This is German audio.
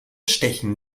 stechen